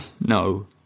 No